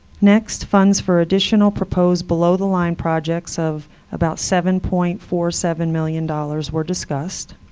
next, funds for additional proposed below-the-line projects of about seven point four seven million dollars were discussed.